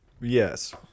Yes